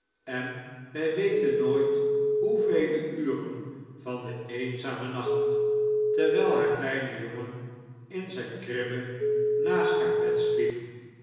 en wij weten nooit hoevele uren van den eenzamen nacht terwijl haar kleine jongen in zijn kribbe naast haar bed sliep